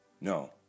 No